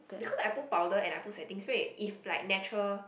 because I put powder and I put setting spray if like natural